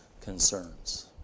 concerns